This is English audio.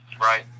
right